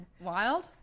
wild